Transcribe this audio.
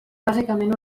bàsicament